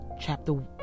chapter